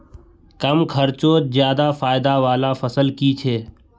कम खर्चोत ज्यादा फायदा वाला फसल की छे?